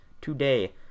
today